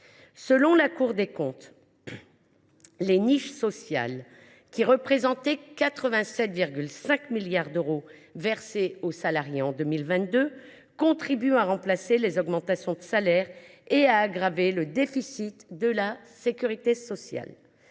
Selon la Cour des comptes, les niches sociales, qui représentaient 87,5 milliards d’euros versés aux salariés en 2022, contribuent à remplacer les augmentations de salaire et à aggraver le déficit de la sécurité sociale.